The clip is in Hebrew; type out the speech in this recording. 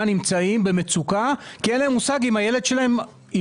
נמצאים במצוקה כי אין להם מושג אם הילד שלהם עם